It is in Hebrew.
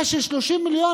מה ש-30 מיליון,